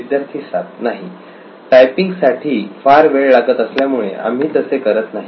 विद्यार्थी 7 नाही टायपिंग साठी फार वेळ लागत असल्यामुळे आम्ही तसे करत नाही